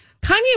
kanye